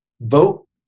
vote